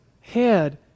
head